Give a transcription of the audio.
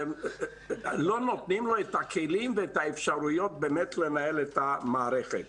לא נותנים לו את הכלים ואת האפשרויות באמת לנהל את המערכת.